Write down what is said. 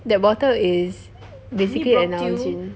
that bottle is basically a Nalgene